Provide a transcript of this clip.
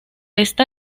esta